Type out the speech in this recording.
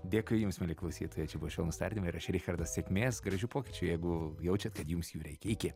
dėkui jums mieli klausytojai čia buvo švelnūs tardymai ir aš richardas sėkmės gražių pokyčių jeigu jaučiat kad jums jų reikia iki